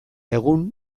egun